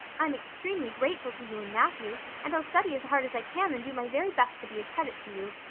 i'm extremely grateful to you and matthew. and i'll study as hard as i can and do my very best to be a credit to you.